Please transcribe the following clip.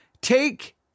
Take